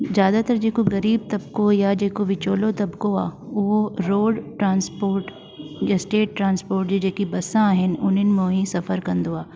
ज़्यादातर जेको ग़रीबु तब्क़ो या जेको तब्क़ो तब्को आहे उहो रोड ट्रांस्पोट या स्टेट ट्रांस्पोट जी जेकी बसा आहिनि उनिन मां ई सफ़रु कंदो आहे